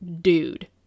dude